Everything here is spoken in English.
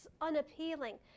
unappealing